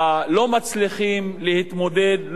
לא מצליחים להתמודד,